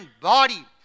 body